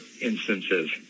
instances